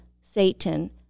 Satan